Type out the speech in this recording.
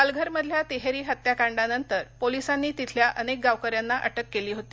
पालघरमधल्या तिहेरी हत्याकांडानंतर पोलीसांनी तिथल्या अनेक गावकऱ्यांना अटक केली होती